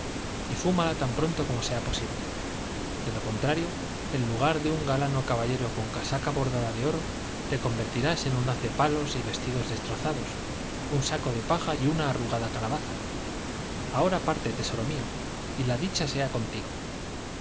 y fúmala tan pronto como sea posible de lo contrario en lugar de un galano caballero con casaca bordada de oro te convertirás en un haz de palos y vestidos destrozados un saco de paja y una arrugada calabaza ahora parte tesoro mío y la dicha sea contigo